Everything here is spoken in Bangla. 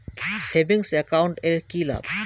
সেভিংস একাউন্ট এর কি লাভ?